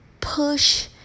push